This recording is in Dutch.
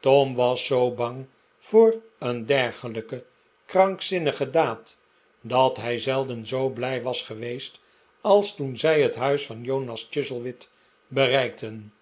tom was zoo bang voor een dergelijke krankzinnige daad dat hij zelden zoo blij was geweest als toen zij het huis van jonas chuzzlewit bereikten